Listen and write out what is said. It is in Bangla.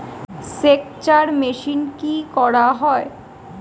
সেকচার মেশিন কি করা হয়?